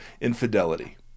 infidelity